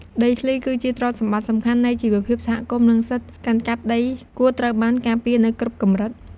ដីធ្លីគឺជាទ្រព្យសម្បត្តិសំខាន់នៃជីវភាពសហគមន៍ និងសិទ្ធិកាន់កាប់ដីគួរត្រូវបានការពារនៅគ្រប់កម្រិត។